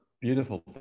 beautiful